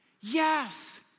Yes